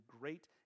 great